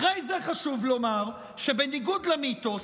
אחרי זה חשוב לומר שבניגוד למיתוס,